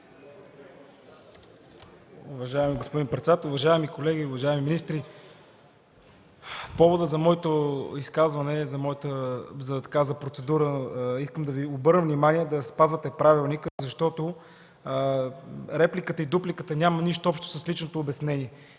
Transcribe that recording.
Уважаеми господин председател, уважаеми колеги, уважаеми министри! Поводът за моята процедура е да Ви обърна внимание да спазвате правилника, защото репликата и дупликата нямат нищо общо с личното обяснение.